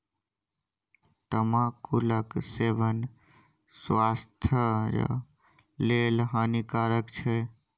तमाकुलक सेवन स्वास्थ्य लेल हानिकारक छै